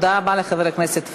תודה רבה לחבר הכנסת פריג'.